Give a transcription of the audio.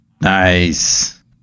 Nice